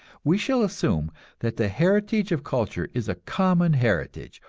we shall assume that the heritage of culture is a common heritage,